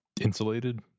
insulated